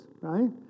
right